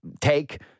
take